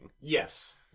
Yes